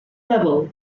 level